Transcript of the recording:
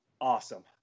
awesome